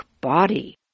body